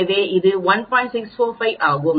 645 ஆகும்